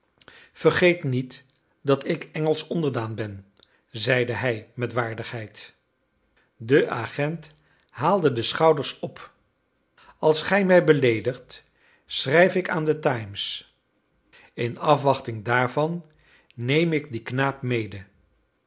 vergeet niet dat ik engelsch onderdaan ben zeide hij met waardigheid de agent haalde de schouders op als gij mij beleedigt schrijf ik aan de times in afwachting daarvan neem ik dien knaap mede